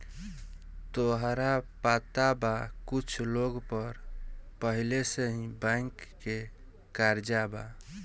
तोहरा पता बा कुछ लोग पर पहिले से ही बैंक के कर्जा बा